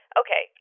okay